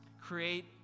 Create